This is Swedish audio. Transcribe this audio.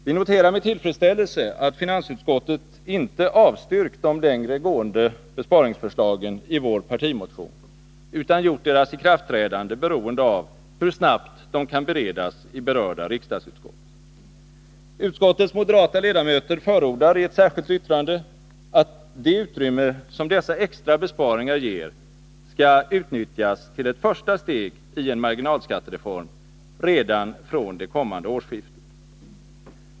Vi noterar med tillfredsställelse att finansutskottet inte avstyrkt de längre gående besparings förslagen i vår partimotion utan gjort deras ikraftträdande beroende av hur snabbt de kan beredas i berörda riksdagsutskott. Uskottets moderata ledamöter förordar i ett särskilt yttrande att det utrymme som dessa extra besparingar ger skall utnyttjas till ett första steg i en marginalskattereform redan från det kommande årsskiftet.